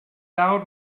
out